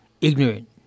ignorant